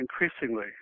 increasingly